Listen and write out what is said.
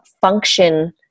function